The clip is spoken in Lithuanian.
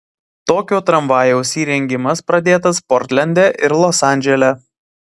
tokio tramvajaus įrengimas pradėtas portlende ir los andžele